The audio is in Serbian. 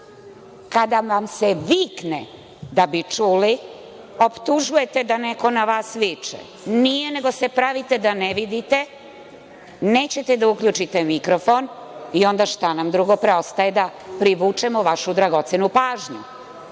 kada vam se vikne da bi čuli, optužujete da neko na vas viče. Nije nego se pravite da ne vidite. Nećete da uključite mikrofon i šta nam onda drugo preostaje da privučemo vašu dragocenu pažnju.